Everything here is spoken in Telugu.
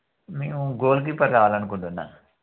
మేము గోల్ గీపర్ కావాలనుకుంటున్నా